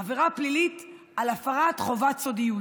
עבירה פלילית על הפרת חובת סודיות.